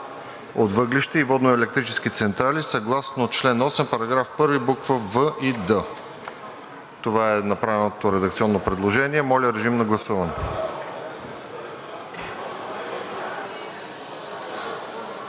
„от въглища или водноелектрически централи съгласно чл. 8, параграф 1, букви „в“ и „д“.“ Това е направеното редакционно предложение. Моля, режим на гласуване.